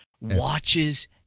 watches